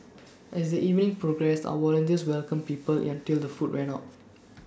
as the evening progressed our volunteers welcomed people until the food ran out